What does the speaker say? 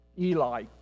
Eli